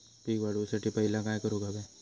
पीक वाढवुसाठी पहिला काय करूक हव्या?